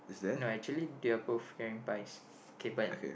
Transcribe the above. no actually they approve carrying pies k but